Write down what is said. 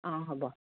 অঁ হ'ব